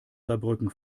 saarbrücken